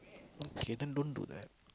okay then don't do that